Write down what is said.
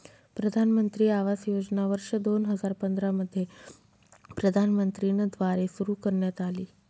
प्रधानमंत्री आवास योजना वर्ष दोन हजार पंधरा मध्ये प्रधानमंत्री न द्वारे सुरू करण्यात आली